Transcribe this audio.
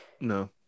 No